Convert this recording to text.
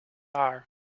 haar